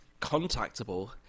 contactable